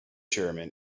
chairman